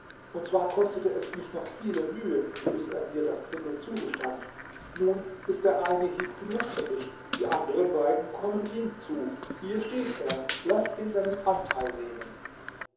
und zwar kostete es mich noch viele mühe bis er mir das drittel zugestand nun ist der eine hieb genug für mich die anderen beiden kommen ihm zu hier steht er laß ihn seinen anteil nehmen